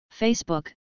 Facebook